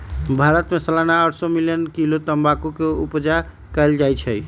भारत में सलाना आठ सौ मिलियन किलो तमाकुल के उपजा कएल जाइ छै